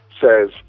says